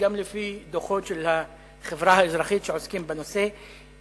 גם לפי דוחות של החברה האזרחית שעוסקים בנושא,